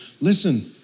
Listen